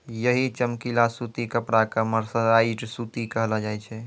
यही चमकीला सूती कपड़ा कॅ मर्सराइज्ड सूती कहलो जाय छै